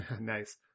Nice